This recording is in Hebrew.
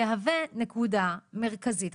יהווה נקודה מרכזית.